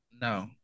No